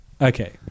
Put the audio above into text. Okay